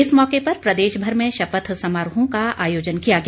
इस मौके पर प्रदेशभर में शपथ समारोहों का आयोजन किया गया